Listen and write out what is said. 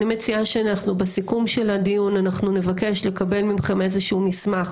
אני מציעה שבסיכום של הדיון אנחנו נבקש לקבל מכם איזשהו מסמך